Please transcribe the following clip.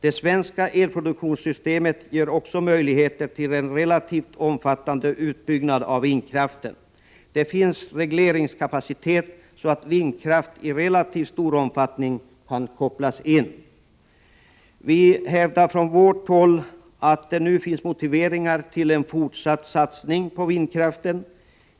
Det svenska elproduktionssystemet ger också möjligheter till en relativt omfattande utbyggnad av vindkraften. Det finns regleringskapacitet så att vindkraft i relativt stor omfattning kan kopplas in. Från folkpartiet hävdar vi att det nu finns motiveringar till en fortsatt satsning på vindkraften.